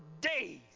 days